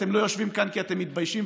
ואתם לא יושבים כאן כי אתם מתביישים,